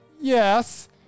Yes